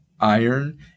iron